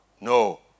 No